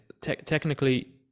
Technically